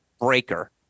breaker